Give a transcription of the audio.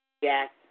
Yes